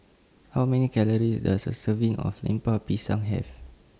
How Many Calories Does A Serving of Lemper Pisang Have